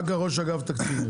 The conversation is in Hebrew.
אחר כך ראש אגף תקציבים.